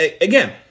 again